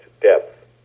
depth